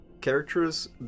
characters